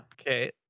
Okay